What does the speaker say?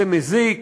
זה מזיק,